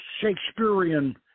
Shakespearean